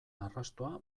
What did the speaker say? arrastoa